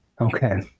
Okay